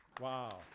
Wow